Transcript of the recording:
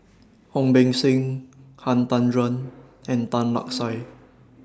Ong Beng Seng Han Tan Juan and Tan Lark Sye